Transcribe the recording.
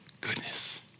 Goodness